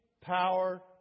power